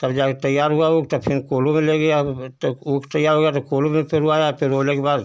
तब जाकर तैयार हुआ ऊख तब फिन कोल्हू में ले गया तो फिर तो ऊख तैयार हो गया तो कोल्हू में पेरवाया पेरवाने के बाद